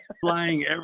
flying